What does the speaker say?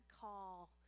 call